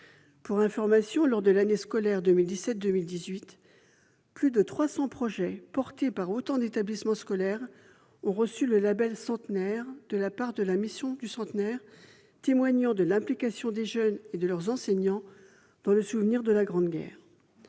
Pour information, sachez que, lors de l'année scolaire 2017-2018, plus de 300 projets, portés par autant d'établissements scolaires, ont reçu le label « Centenaire » de la part de la mission du Centenaire ; cela témoigne de l'implication des jeunes et de leurs enseignants pour faire vivre le souvenir de la Grande Guerre.